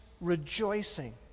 rejoicing